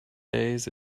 days